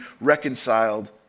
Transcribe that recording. reconciled